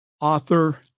author